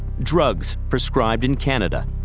drugs prescribed in canada.